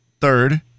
Third